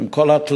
עם כל התלאות,